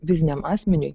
fiziniam asmeniui